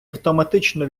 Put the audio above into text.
автоматично